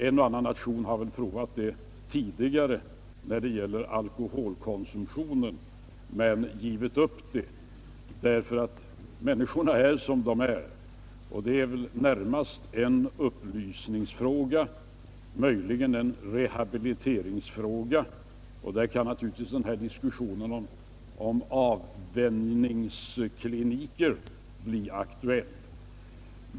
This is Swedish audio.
En och annan nation har provat det i fråga om alkoholkonsumtionen, men givit upp därför att människorna är som de är. Detta är närmast en upplysningsfråga, möjligen rehabiliteringsfråga, och där kan naturligtvis tanken på avvänjningskliniker bli aktuell.